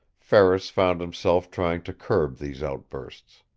ferris found himself trying to curb these outbursts.